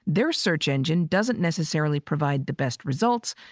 their search engine doesn't necessarily provide the best results.